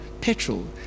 petrol